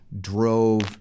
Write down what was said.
drove